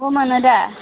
बाव मोनो दा